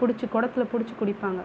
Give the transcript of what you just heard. பிடிச்சி குடத்துல பிடிச்சி குடிப்பாங்க